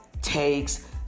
takes